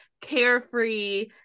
carefree